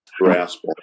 grasp